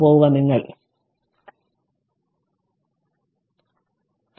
അതിനാൽ ഞാൻ ഇത് കുറച്ച് പതുക്കെ നീക്കുന്നു